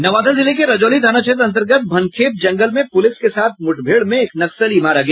नवादा जिले के रजौली थाना क्षेत्र अंतर्गत भनखेप जंगल में पूलिस के साथ मुठभेड़ में एक नक्सली मारा गया